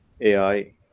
AI